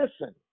listen